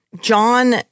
John